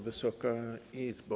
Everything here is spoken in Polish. Wysoka Izbo!